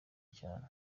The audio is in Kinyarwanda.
cyane